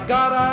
God